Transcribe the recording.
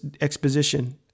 exposition